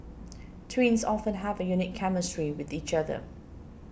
twins often have a unique chemistry with each other